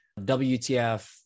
WTF